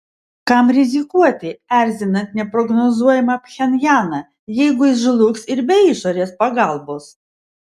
kam rizikuoti erzinant neprognozuojamą pchenjaną jeigu jis žlugs ir be išorės pagalbos